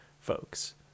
folks